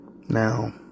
now